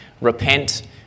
Repent